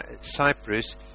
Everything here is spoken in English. Cyprus